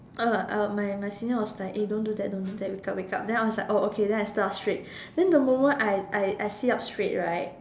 uh uh my my senior was like eh don't do that don't do that wake up wake up then I was like oh okay then I sit up straight then the moment I I I sit up straight right